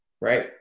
right